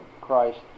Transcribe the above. Christ